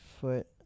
foot